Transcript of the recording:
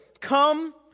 come